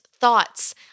thoughts